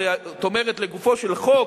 זאת אומרת לגופו של חוק,